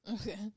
Okay